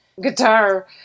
guitar